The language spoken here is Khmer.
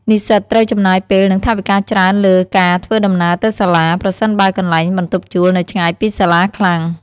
និស្សិតត្រូវចំណាយពេល និងថវិកាច្រើនលើការធ្វើដំណើរទៅសាលា ប្រសិនបើកន្លែងបន្ទប់ជួលនៅឆ្ងាយពីសាលាខ្លាំង។